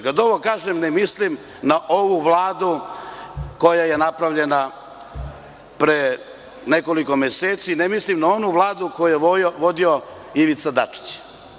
Kada ovo kažem ne mislim na ovu Vladu koja je napravljena pre nekoliko meseci, ne mislim na onu Vladu koju je vodio Ivica Dačić.